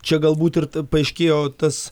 čia galbūt ir paaiškėjo tas